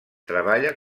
treballa